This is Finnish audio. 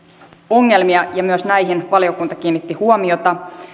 ongelmia ja myös näihin valiokunta kiinnitti huomiota